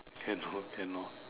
cannot cannot